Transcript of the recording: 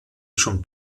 schon